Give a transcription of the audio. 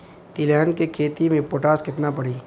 तिलहन के खेती मे पोटास कितना पड़ी?